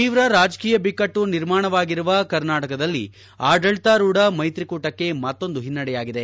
ತೀವ್ರ ರಾಜಕೀಯ ಬಿಕ್ಕಟ್ಟು ನಿರ್ಮಾಣವಾಗಿರುವ ಕರ್ನಾಟಕದಲ್ಲಿ ಆಡಳಿತಾರೂಢ ಮೈತ್ರಿ ಕೂಟಕ್ಕೆ ಮತ್ತೊಂದು ಹಿನ್ನಡೆಯಾಗಿದೆ